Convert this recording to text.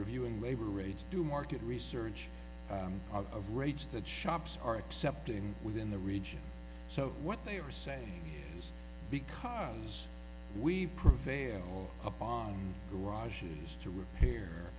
reviewing labor rates do market research out of rates that shops are accepting within the region so what they are saying is because we prevail upon garages to repair